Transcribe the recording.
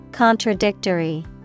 Contradictory